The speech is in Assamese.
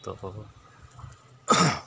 ত'